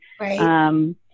Right